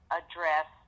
address